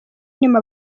inyuma